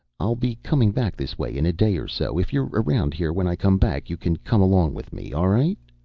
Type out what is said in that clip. i'll be coming back this way. in a day or so. if you're around here when i come back you can come along with me. all right?